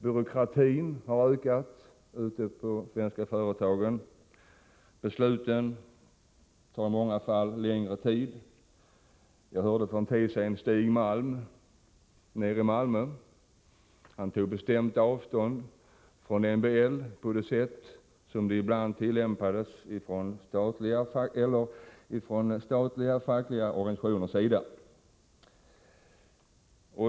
Byråkratin har ökat ute på de svenska företagen. Besluten tar i många fall längre tid. Jag hörde för en tid sedan Stig Malm nere i Malmö bestämt ta avstånd från MBL på det sätt som lagen ibland tillämpats från fackliga organisationers sida på det statliga området.